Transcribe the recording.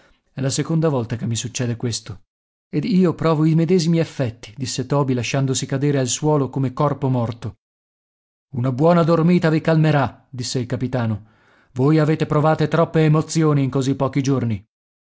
è la seconda volta che mi succede questo ed io provo i medesimi effetti disse toby lasciandosi cadere al suolo come corpo morto una buona dormita vi calmerà disse il capitano voi avete provate troppe emozioni in così pochi giorni